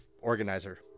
organizer